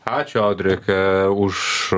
ačiū audri ka už